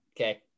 okay